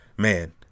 Man